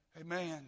Amen